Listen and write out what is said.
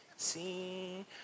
See